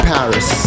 Paris